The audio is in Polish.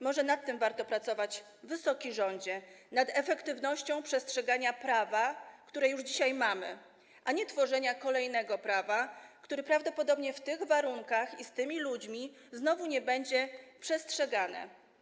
Może nad tym warto pracować, Wysoki Rządzie, nad efektywnością przestrzegania prawa, które już dzisiaj mamy, a nie nad tworzeniem kolejnego prawa, które prawdopodobnie w tych warunkach i z tymi ludźmi znowu nie będzie przestrzegane.